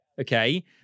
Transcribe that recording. okay